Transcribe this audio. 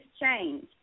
change